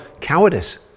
cowardice